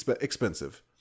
expensive